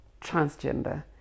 transgender